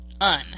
Un